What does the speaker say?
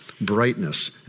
brightness